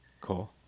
Cool